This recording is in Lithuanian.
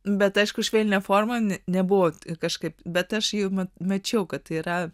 bet aišku švelnia forma nebuvo kažkaip bet aš mačiau kad yra